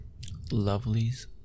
Lovelies